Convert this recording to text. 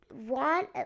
want